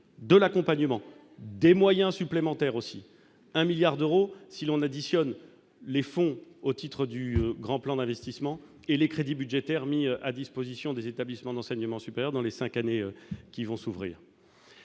de l'accompagnement, des moyens supplémentaires aussi, à savoir un milliard d'euros si l'on additionne les fonds au titre du grand plan d'investissement et les crédits budgétaires mis à disposition des établissements d'enseignement supérieur dans les cinq années qui viennent.